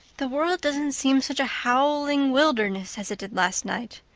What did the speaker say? the world doesn't seem such a howling wilderness as it did last night.